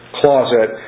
closet